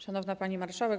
Szanowna Pani Marszałek!